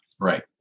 right